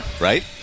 right